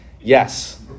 yes